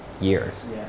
years